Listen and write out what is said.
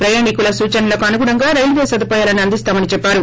ప్రయాణీకుల సూచనలకు అనుగుణంగా రైల్వే సదుపాయాలను అందిస్తామని చెప్పారు